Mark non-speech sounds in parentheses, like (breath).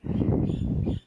(breath)